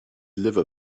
liver